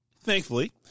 Thankfully